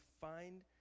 find